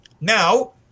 Now